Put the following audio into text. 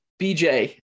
BJ